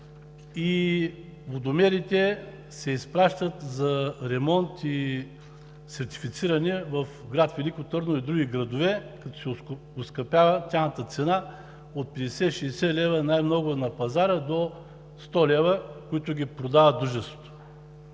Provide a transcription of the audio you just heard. и водомерите се изпращат за ремонт и сертифициране в град Велико Търново и други градове, като се оскъпява тяхната цена – от 50 – 60 лв. най-много на пазара до 100 лв., на които ги продава Дружеството.